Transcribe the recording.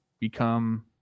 become